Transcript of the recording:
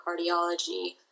cardiology